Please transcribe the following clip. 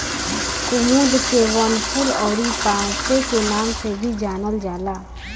कुमुद के वनफूल अउरी पांसे के नाम से भी जानल जाला